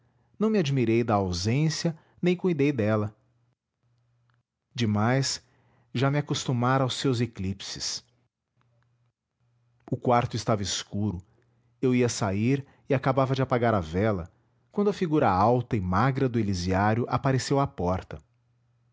não me admirei da ausência nem cuidei dela demais já me acostumara aos seus eclipses o quarto estava escuro eu ia sair e acabava de apagar a vela quando a figura alta e magra do elisiário apareceu à porta